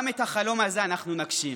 גם את החלום הזה אנחנו נגשים.